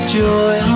joy